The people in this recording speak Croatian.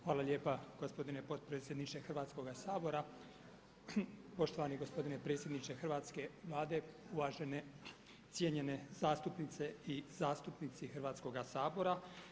Hvala lijepa gospodine potpredsjedniče Hrvatskoga sabora, poštovani gospodine predsjedniče hrvatske Vlade, uvažene cijenjene zastupnice i zastupnici Hrvatskoga sabora.